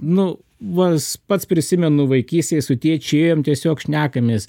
nu vas pats prisimenu vaikystėje su tėčiu ėjom tiesiog šnekamės